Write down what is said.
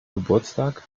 geburtstag